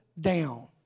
down